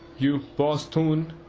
you bosthoon,